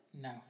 No